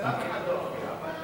אצל אף אחד לא הופיע.